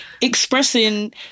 expressing